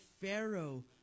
Pharaoh